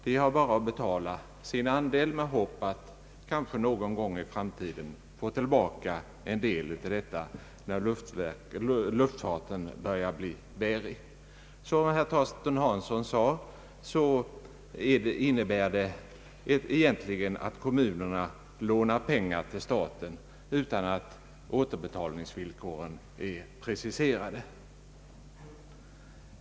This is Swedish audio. De har bara att betala sin andel med hopp att kanske någon gång i framtiden få tillbaka en del av insatsen när luftfarten börjar bli bärig. Som herr Torsten Hansson sade innebär det egentligen att kommunerna lånar pengar till staten utan att återbetalningsvillkoren är preciserade.